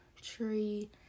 tree